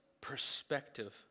perspective